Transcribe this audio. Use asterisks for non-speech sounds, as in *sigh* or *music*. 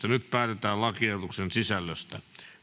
*unintelligible* nyt päätetään lakiehdotuksen sisällöstä